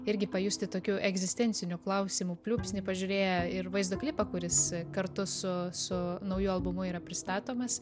irgi pajusti tokių egzistencinių klausimų pliūpsnį pažiūrėję ir vaizdo klipą kuris kartu su su nauju albumu yra pristatomas